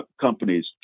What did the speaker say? companies